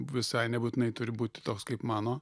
visai nebūtinai turi būti toks kaip mano